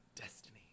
Destiny